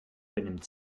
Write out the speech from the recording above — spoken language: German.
benimmt